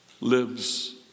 lives